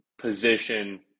position